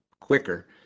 quicker